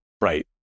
Right